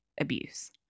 abuse